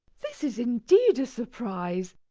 this is indeed a surprise.